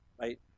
Right